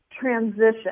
transition